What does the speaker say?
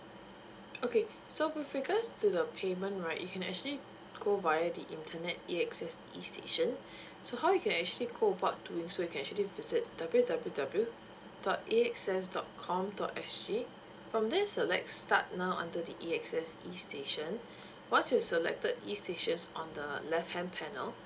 okay so with regards to the payment right you can actually go via the internet A_X_S e station so how you can actually go about doing so you can actually visit W W W dot A X S dot com dot S G from there select start now onto the A_X_S e station once you selected e stations on the left hand panel